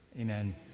amen